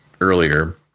earlier